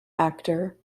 actor